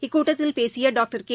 இக்கூட்டத்தில் பேசிய doctor K